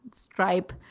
Stripe